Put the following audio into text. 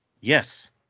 Yes